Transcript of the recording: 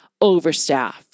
overstaffed